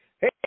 hey